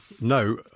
No